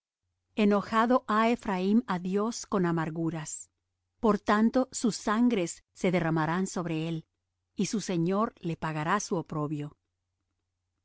enojado ha ephraim á dios con amarguras por tanto sus sangres se derramarán sobre él y su señor le pagará su oprobio